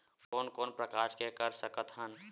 कोन कोन प्रकार के कर सकथ हन?